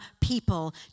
people